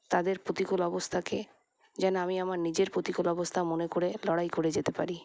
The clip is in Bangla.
তাদের প্রতিকূল অবস্থাকে যেন আমি আমার নিজের প্রতিকূল অবস্থা মনে করে লড়াই করে যেতে পারি